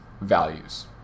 values